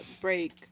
break